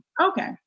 okay